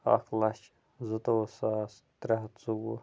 اَکھ لچھ زٕتووُہ ساس ترٛےٚ ہَتھ ژۄوُہ